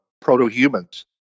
proto-humans